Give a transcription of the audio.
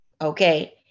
Okay